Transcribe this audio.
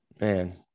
Man